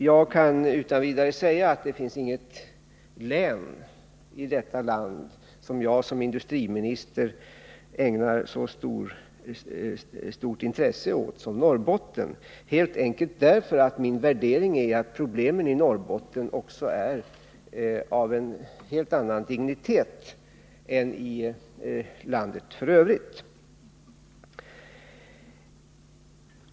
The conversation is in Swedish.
Jag kan utan vidare säga att det inte finns något län i detta land som jag som industriminister ägnar så stort intresse som Norrbotten — helt enkelt därför att min värdering är att problemen i Norrbotten också är av en helt annan dignitet än i landet i övrigt.